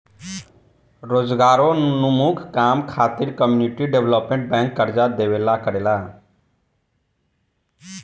रोजगारोन्मुख काम खातिर कम्युनिटी डेवलपमेंट बैंक कर्जा देवेला करेला